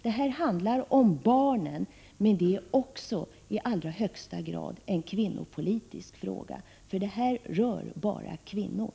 Det här handlar om barnen, men det är också i allra högsta grad en kvinnopolitisk fråga, för den rör bara kvinnor.